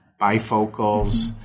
bifocals